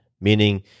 meaning